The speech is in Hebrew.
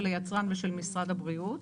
של היצרן ושל משרד הבריאות.